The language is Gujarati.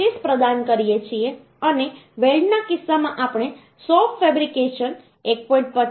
25 પ્રદાન કરીએ છીએ અને વેલ્ડના કિસ્સામાં આપણે શોપ ફેબ્રિકેશન 1